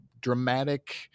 dramatic